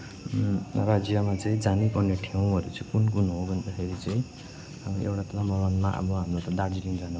राज्यमा चाहिँ जानैपर्ने ठाउँ कुन कुन हो भन्दाखेरि चाहिँ अब एउटा त अब हाम्रो त दार्जिलिङ जानु पर्छ